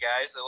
guys